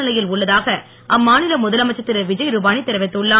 நிலையில் உள்ளதாக அம்மா நில முதலமைச்சர் திரு விஜய் ருபானி தெரிவித்துள்ளார்